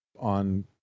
on